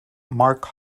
mark